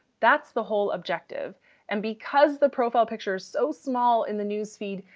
that's the whole objective and because the profile picture is so small in the newsfeed,